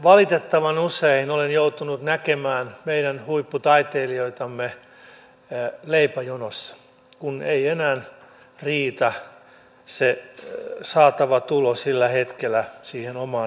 valitettavan usein olen joutunut näkemään meidän huipputaiteilijoitamme leipäjonossa kun ei enää riitä se saatava tulo sillä hetkellä siihen omaan elämiseen